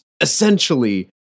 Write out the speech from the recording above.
Essentially